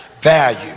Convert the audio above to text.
value